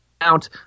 Out